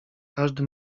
każdy